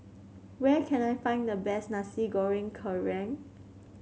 where can I find the best Nasi Goreng Kerang